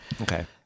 Okay